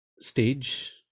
stage